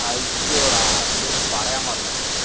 അയ്യൊടാ നിന്റടുത്ത് പറയാൻ മറന്നല്ലോ